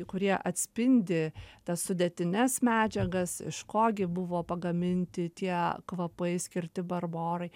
kurie atspindi tas sudėtines medžiagas iš ko gi buvo pagaminti tie kvapai skirti barborai